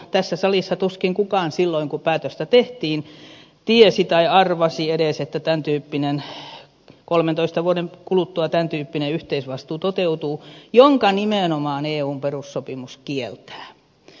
tässä salissa tuskin kukaan silloin kun päätöstä tehtiin tiesi tai arvasi edes että kolmentoista vuoden kuluttua tämäntyyppinen yhteisvastuu toteutuu jonka nimenomaan eun perussopimus kieltää